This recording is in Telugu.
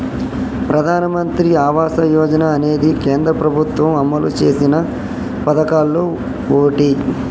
ప్రధానమంత్రి ఆవాస యోజన అనేది కేంద్ర ప్రభుత్వం అమలు చేసిన పదకాల్లో ఓటి